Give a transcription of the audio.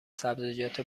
سبزیجات